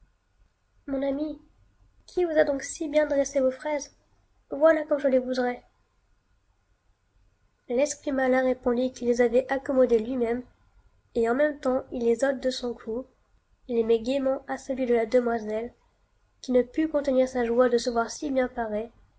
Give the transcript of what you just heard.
mon ami qui vous a donc si bien dressé vos fraises voilà comme je les voudrais l'esprit malin répondit qu'il les avait accomodées lui-même et en même tems il les ôte de son cou les met gaiement à celui de la demoiselle qui ne put contenir sa joie de se voir si bien parée